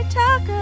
talk